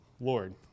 Lord